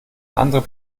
andere